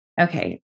Okay